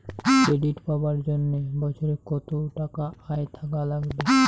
Credit পাবার জন্যে বছরে কত টাকা আয় থাকা লাগবে?